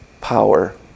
power